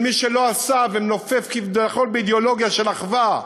של מי שלא עשה ומנופף כביכול באידיאולוגיה של אחווה,